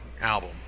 album